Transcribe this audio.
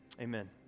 amen